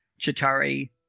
Chitari